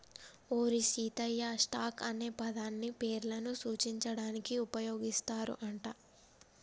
ఓరి సీతయ్య, స్టాక్ అనే పదాన్ని పేర్లను సూచించడానికి ఉపయోగిస్తారు అంట